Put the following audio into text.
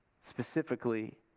specifically